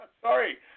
sorry